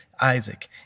Isaac